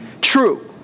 true